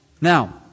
Now